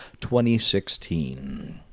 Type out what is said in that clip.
2016